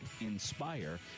INSPIRE